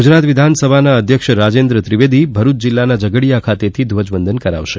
ગુજરાત વિધાનસભા અધ્યક્ષ રાજેન્દ્ર ત્રિવેદી ભરૂચ જિલ્લાના ઝઘડિયા ખાતે ધ્વજવંદન કરાવશે